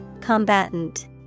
Combatant